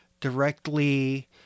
directly